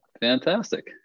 fantastic